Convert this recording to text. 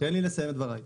תן לי לסיים את דבריי.